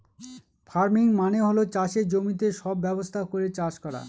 farming মানে হল চাষের জমিতে সব ব্যবস্থা করে চাষ করা